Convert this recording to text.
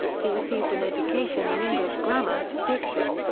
he received an education in english grammar, diction,